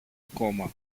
ακόμα